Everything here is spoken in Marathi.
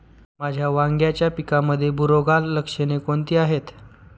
माझ्या वांग्याच्या पिकामध्ये बुरोगाल लक्षणे कोणती आहेत?